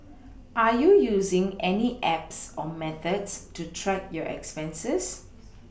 are you using any apps or methods to track your expenses